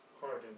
Pardon